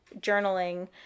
journaling